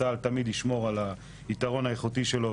צה"ל תמיד ישמור על היתרון האיכותי שלו,